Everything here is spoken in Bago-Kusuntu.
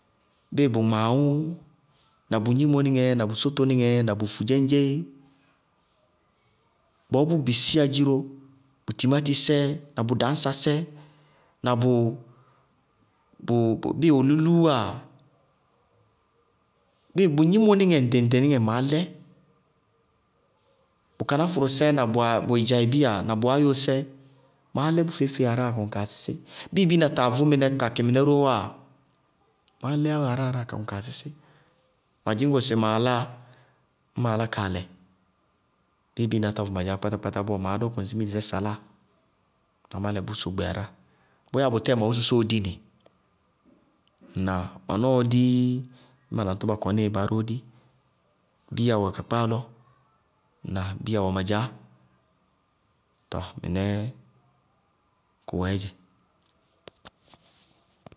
Bíɩ bʋ gmaawʋ na bʋ gnimo níŋɛɛ na bʋ sótoníŋɛɛ na bʋ sóto nɩŋɛɛ na bʋʋ afudzéñdzé. bʋʋ bʋ bisiyá dziró, bʋ timátisɛ na bʋ dañsásɛ na bʋ bíɩ olúlúú wáa, bíɩ bʋ gnimoníŋɛ ŋɖɩŋ-ŋɖɩŋ maá lɛ. bʋ kanáfʋrʋsɛ na bʋ ɩdzaɩbíya na bʋ áyosɛ, maá lɛ bʋ feé-feé aráa ka kɔŋ kaa sísí, biina taa vʋ mɩnɛ ka kɩ mɩnɛ ró wáa, maá lɛɛyá aráa ka kɔŋ kaa sísí. Ma dzɩñŋ go sɩ maa láa ñŋ maá lá kaa lɛ, ñŋ biina tá vʋ ma dzaá kpátá-kpátá ɔɔ maá dɔkʋ ŋsɩ miilisɛ saláa na má lɛ bʋ sogbe aráa. Bʋyáa bʋtɛɛ ma weésósó dí nɩ, ŋnáa? Ma nɔɔ dii, ñŋ ma naŋtʋba kɔníɩ bá róó dí, bíya ró wɛ kakpáa lɔ, bíya wɛ ma dzaá. Ŋnáa? Tɔɔ mɩnɛɛ kʋwɛɛ dzɛ.